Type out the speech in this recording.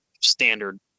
standard